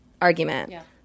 argument